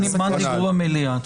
זמן דיבור במליאה.